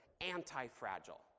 Anti-Fragile